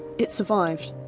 it survived.